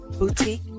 Boutique